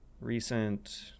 recent